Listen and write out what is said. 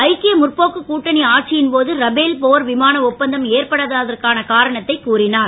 ஐக்கிய முற்போக்கு கூட்டணி ஆட்சியின் போது ரபேல் போர் விமான ஒப்பந்தம் ஏற்படாததற்கான காரணத்தை கூறினார்